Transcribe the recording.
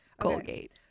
Colgate